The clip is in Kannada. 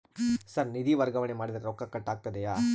ಸರ್ ನಿಧಿ ವರ್ಗಾವಣೆ ಮಾಡಿದರೆ ರೊಕ್ಕ ಕಟ್ ಆಗುತ್ತದೆಯೆ?